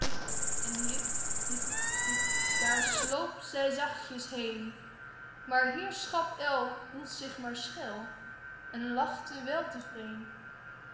en hip hip hip daar sloop zij zachtjes heen maar heerschap uil hield zich maar schuil en lachte weltevreên t